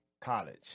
college